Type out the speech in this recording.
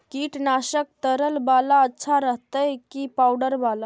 कीटनाशक तरल बाला अच्छा रहतै कि पाउडर बाला?